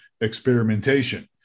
experimentation